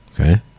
Okay